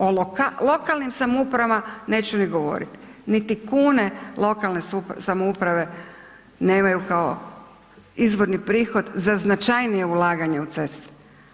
O lokalnim samoupravama neću ni govorit, niti kune lokalne samouprave nemaju kao izvorni prihod za značajnije ulaganje u ceste.